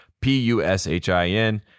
P-U-S-H-I-N